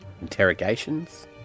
interrogations